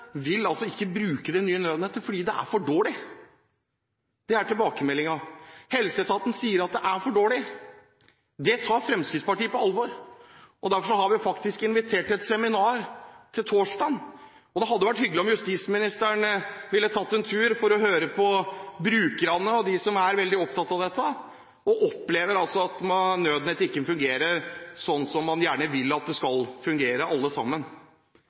vil altså ikke bruke det nye nødnettet fordi det er for dårlig. Det er tilbakemeldingen. Helseetaten sier at det er for dårlig. Det tar Fremskrittspartiet på alvor. Derfor har vi invitert til et seminar nå torsdag. Det hadde vært hyggelig om justisministeren ville tatt en tur for å høre på brukerne, de som er veldig opptatt av dette, og som opplever at nødnettet ikke fungerer sånn som alle sammen gjerne vil at det skal fungere.